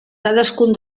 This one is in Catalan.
cadascun